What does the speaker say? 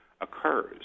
occurs